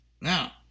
Now